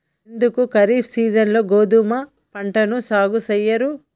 ఎందుకు ఖరీఫ్ సీజన్లో గోధుమ పంటను సాగు చెయ్యరు?